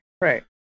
right